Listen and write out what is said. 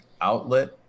outlet